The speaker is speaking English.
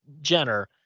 Jenner